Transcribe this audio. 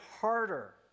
harder